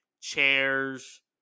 chairs